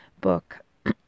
book